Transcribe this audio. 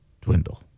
dwindle